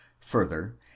further